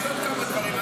יש עוד כמה דברים.